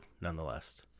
nonetheless